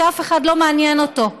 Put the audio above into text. אף אחד לא מעניין אותו.